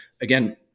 again